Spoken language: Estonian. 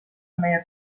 meie